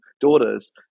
daughters